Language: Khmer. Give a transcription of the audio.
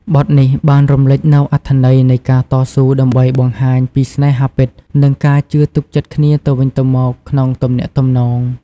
បទនេះបានរំលេចនូវអត្ថន័យនៃការតស៊ូដើម្បីបង្ហាញពីស្នេហាពិត និងការជឿទុកចិត្តគ្នាទៅវិញទៅមកក្នុងទំនាក់ទំនង។